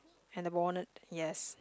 at the bonnet yes